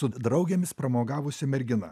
su draugėmis pramogavusi mergina